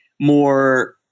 more